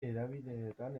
hedabideetan